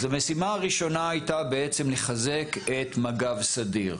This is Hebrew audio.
אז המשימה הראשונה הייתה בעצם לחזק את מג"ב סדיר.